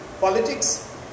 politics